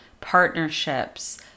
partnerships